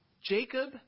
Jacob